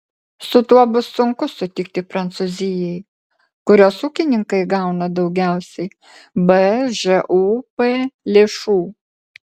su tuo bus sunku sutikti prancūzijai kurios ūkininkai gauna daugiausiai bžūp lėšų